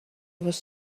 was